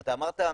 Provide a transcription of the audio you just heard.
אתה אמרת: